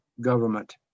government